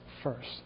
First